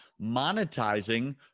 monetizing